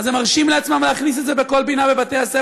אז הם מרשים לעצמם להכניס את זה לכל פינה בבתי-הספר.